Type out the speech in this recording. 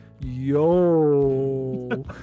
yo